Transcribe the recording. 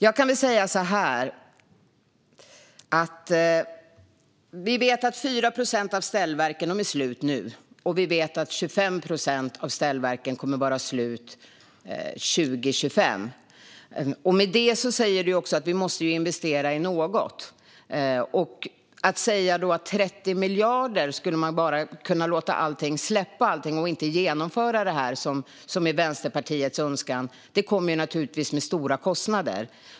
Jag kan väl säga så här: Vi vet att 4 procent av ställverken är slut nu, och vi vet att 25 procent av ställverken kommer att vara slut 2025. Med det sagt måste vi ju investera i något . Att med 30 miljarder bara släppa allting och inte genomföra detta, vilket är Vänsterpartiets önskan, skulle naturligtvis komma med stora kostnader.